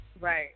Right